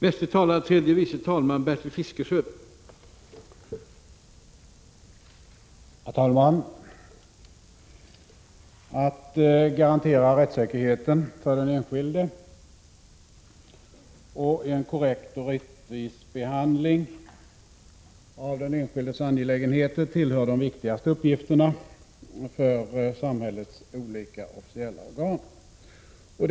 Herr talman! Att garantera rättssäkerheten för den enskilde och en korrekt och rättvis behandling av den enskildes angelägenheter tillhör de viktigaste uppgifterna för samhällets olika officiella organ.